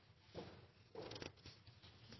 Takk